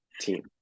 team